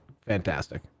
fantastic